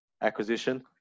acquisition